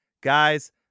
Guys